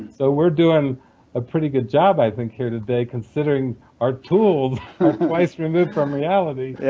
so we're doing a pretty good job i think here, today, considering our tools are twice removed from reality,